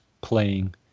playing